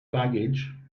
baggage